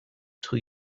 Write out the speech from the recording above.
till